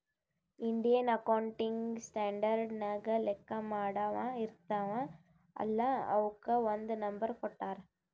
Indian accounting standard ನಾಗ್ ಲೆಕ್ಕಾ ಮಾಡಾವ್ ಇರ್ತಾವ ಅಲ್ಲಾ ಅವುಕ್ ಒಂದ್ ನಂಬರ್ ಕೊಟ್ಟಾರ್